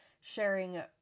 sharing